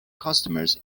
customers